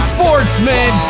Sportsman